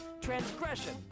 transgression